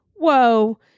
whoa